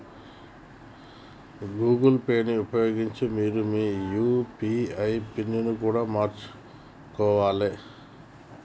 Google Pay ని ఉపయోగించి మీరు మీ యూ.పీ.ఐ పిన్ని కూడా మార్చుకోవాలే